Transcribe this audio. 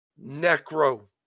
Necro